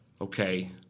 okay